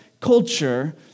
culture